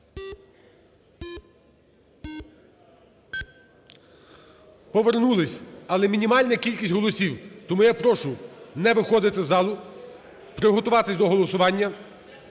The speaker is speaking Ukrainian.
Повернулись, але мінімальна кількість голосів, тому я прошу не виходити з залу, приготуватись до голосування.